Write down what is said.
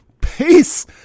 peace